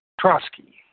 Trotsky